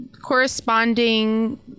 corresponding